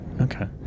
Okay